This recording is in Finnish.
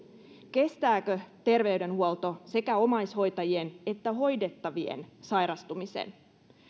kestääkö terveydenhuolto sekä omaishoitajien että hoidettavien sairastumisen